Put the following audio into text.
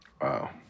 Wow